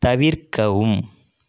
தவிர்க்கவும்